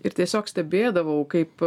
ir tiesiog stebėdavau kaip